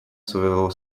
своего